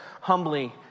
humbly